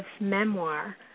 memoir